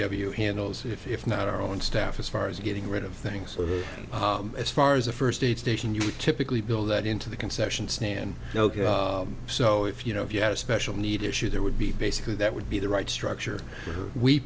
w handles if not our own staff as far as getting rid of things as far as a first aid station you typically build that into the concession stand so if you know if you have a special need issue there would be basically that would be the right structure we